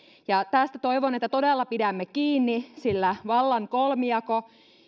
tästä toivon että todella pidämme kiinni sillä vallan kolmijako